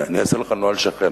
אני אעשה לך "נוהל שכן",